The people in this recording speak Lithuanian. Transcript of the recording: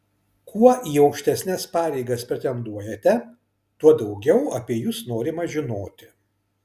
kuo į aukštesnes pareigas pretenduojate tuo daugiau apie jus norima žinoti